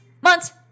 months